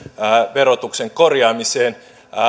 verotuksen korjaamiseen